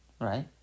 Right